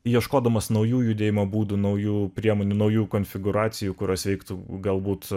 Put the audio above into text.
ieškodamas naujų judėjimo būdų naujų priemonių naujų konfigūracijų kurios veiktų galbūt